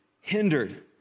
hindered